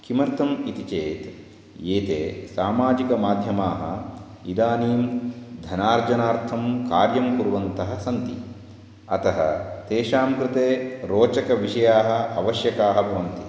किमर्थम् इति चेत् एते सामाजिकमाध्यमाः इदानीं धनार्जनार्थं कार्यं कुर्वन्तः सन्ति अतः तेषां कृते रोचकविषयाः आवश्यकाः भवन्ति